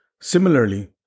Similarly